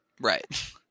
Right